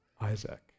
Isaac